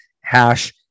hash